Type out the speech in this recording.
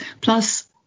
Plus